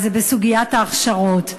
היא סוגיית ההכשרות.